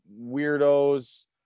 weirdos